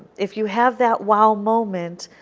if you have that wow moment,